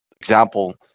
example